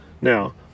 Now